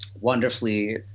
wonderfully